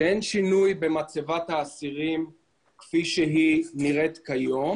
שאין שינוי במצבת האסירים כפי שהיא נראית כיום,